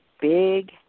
big